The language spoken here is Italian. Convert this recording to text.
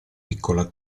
piccola